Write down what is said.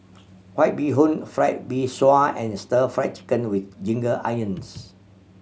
White Bee Hoon Fried Mee Sua and Stir Fry Chicken with ginger onions